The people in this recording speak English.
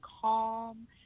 calm